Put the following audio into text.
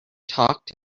talk